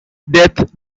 death